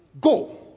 Go